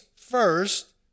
first